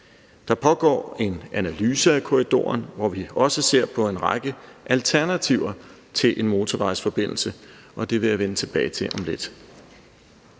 Der pågår en analyse af korridoren, hvor vi også ser på en række alternativer til en motorvejsforbindelse, og det vil jeg vende tilbage til om lidt.